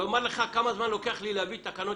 לומר לך כמה זמן לוקח לי להביא תקנות